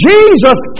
Jesus